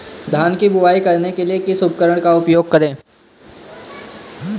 धान की बुवाई करने के लिए किस उपकरण का उपयोग करें?